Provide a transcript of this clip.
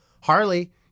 Harley